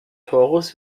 torus